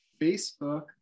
Facebook